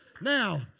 Now